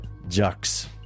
Jux